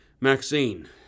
Maxine